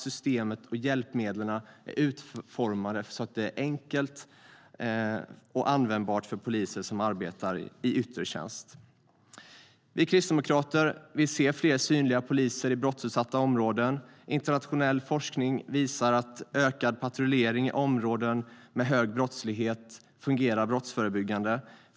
Systemet och hjälpmedlen måste vara utformade så att de är enkla och användbara för poliser som arbetar i yttre tjänst. Vi kristdemokrater vill ha fler synliga poliser i brottsutsatta områden. Internationell forskning visar att ökad patrullering i områden med hög brottslighet fungerar brottsförebyggande.